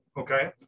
Okay